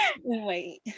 wait